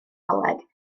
coleg